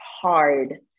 hard